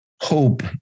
Hope